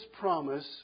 promise